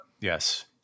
Yes